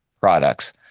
products